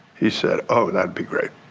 he said, oh, that'd be great!